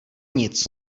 nic